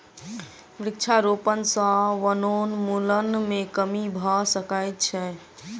वृक्षारोपण सॅ वनोन्मूलन मे कमी भ सकै छै